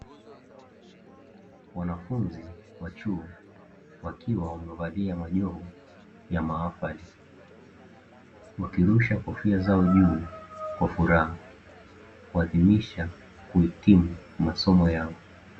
Wanafunzi wa chuo wakiwa wamevalia majoho ya mahafali, wakirusha kofia zao juu kwa furaha, kuadhimisha kuhitimu masomo yao.